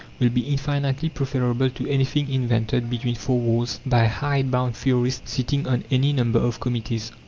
will be infinitely preferable to anything invented between four walls by hide-bound theorists sitting on any number of committees.